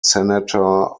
senator